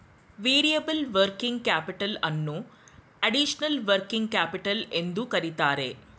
variable working capital ಅನ್ನೋ additional working capital ಎಂದು ಕರಿತರೆ